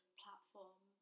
platform